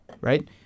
right